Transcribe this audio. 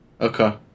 Okay